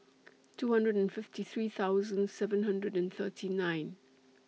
two hundred and fifty three thousand seven hundred and thirty nine